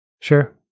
sure